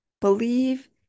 believe